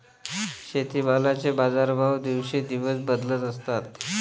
शेतीमालाचे बाजारभाव दिवसेंदिवस बदलत असतात